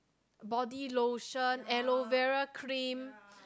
body lotion aloe vera cream